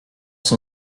son